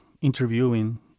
interviewing